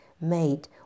made